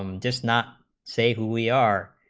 um does not say who we are